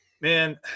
man